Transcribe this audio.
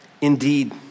Indeed